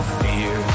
fear